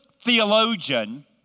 theologian